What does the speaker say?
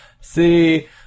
see